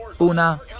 Una